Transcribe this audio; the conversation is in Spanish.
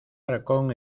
arcón